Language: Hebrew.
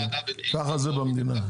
ככה זה במדינה,